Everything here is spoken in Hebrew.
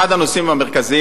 אחד הנושאים המרכזיים,